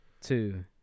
two